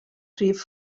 rhif